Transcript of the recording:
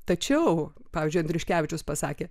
tačiau pavyzdžiui andriuškevičius pasakė